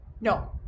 no